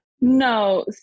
No